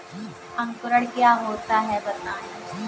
अंकुरण क्या होता है बताएँ?